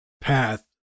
path